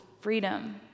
freedom